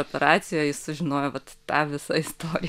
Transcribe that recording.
operaciją jis sužinojo vat tą visą istoriją